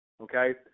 Okay